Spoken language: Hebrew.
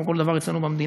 כמו כל דבר אצלנו במדינה,